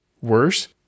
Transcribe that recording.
Worse